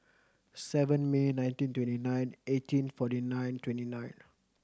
seven May nineteen twenty nine eighteen forty nine twenty nine